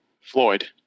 Floyd